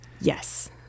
Yes